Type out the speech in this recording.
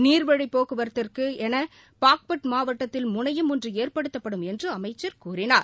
நீர்வழி போக்குவரத்திற்கு என பார்பட் மாவட்டத்தில் முனையம் ஒன்று ஏற்படுத்தப்படும் என்று அமைச்சர் கூறினார்